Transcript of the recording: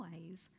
ways